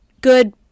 good